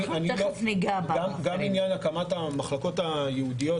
גם עניין הקמת המחלקות הייעודיות,